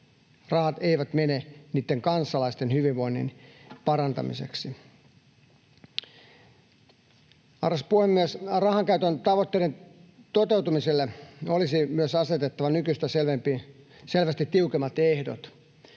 rahat eivät mene kansalaisten hyvinvoinnin parantamiseksi. Arvoisa puhemies! Rahankäytön tavoitteiden toteutumiselle olisi myös asetettava nykyistä selvästi tiukemmat ehdot.